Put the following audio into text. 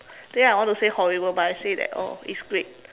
then I want to say horrible but I say that oh it's great